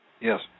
Yes